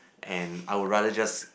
and I'll rather just